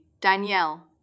Danielle